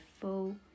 full